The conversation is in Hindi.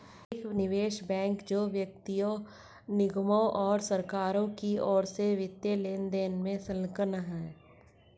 एक निवेश बैंक जो व्यक्तियों निगमों और सरकारों की ओर से वित्तीय लेनदेन में संलग्न है